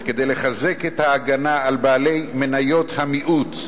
הביקורת, כדי לחזק את ההגנה על בעלי מניות המיעוט,